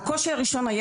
הקושי הראשון,